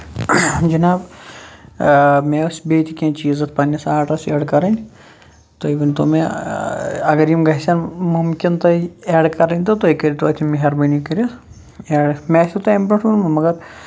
جِناب مےٚ ٲسۍ بیٚیہِ تہِ کیٚنٛہہ چیٖز پَنٕنِس آرڈَس ایڈ کَرٕنۍ تُہۍ ؤنۍ تو مےٚ اَگر یِم گژھن مُمکِن تۄہہِ ایڈ کَرٕنۍ تہٕ تُہۍ کٔرتو اَتہِ مہربٲنی کٔرِتھ ایڈ مےٚ آسیو تۄہہِ اَمہِ بروٚنٹھ ووٚنمُت مَگر کوٗشِش ڈیلِوَر کَرنٕچ